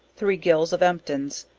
three gills of emptins,